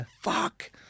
fuck